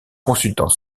consultant